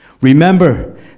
remember